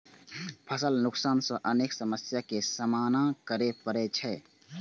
फसल नुकसान सं अनेक समस्या के सामना करै पड़ै छै